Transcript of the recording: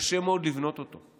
קשה מאוד לבנות אותו.